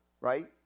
right